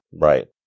Right